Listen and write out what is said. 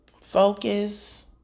focus